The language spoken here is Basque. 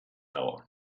dago